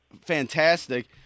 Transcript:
fantastic